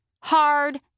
hard